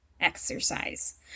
exercise